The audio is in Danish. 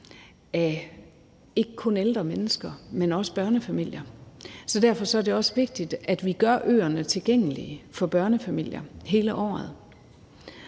af ikke kun ældre mennesker, men også børnefamilier, så derfor er det også vigtigt, at vi gør øerne tilgængelige for børnefamilier hele året.